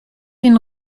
den